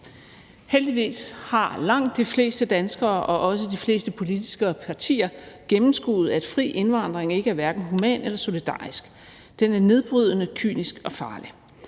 Heldigvis har langt de fleste danskere og også de fleste politiske partier gennemskuet, at fri indvandring hverken er human eller solidarisk. Den er nedbrydende, kynisk og farlig.